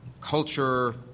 culture